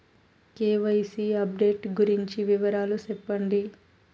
KYC update గురించి వివరాలు సెప్పండి?